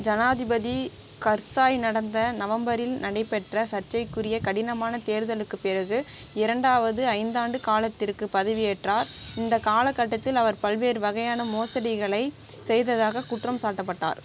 ஜனாதிபதி கர்சாய் நடந்த நவம்பரில் நடைபெற்ற சர்ச்சைக்குரிய கடினமான தேர்தலுக்கு பிறகு இரண்டாவது ஐந்தாண்டு காலத்திற்கு பதவியேற்றார் இந்த காலகட்டத்தில் அவர் பல்வேறு வகையான மோசடிகளை செய்ததாக குற்றம் சாட்டப்பட்டார்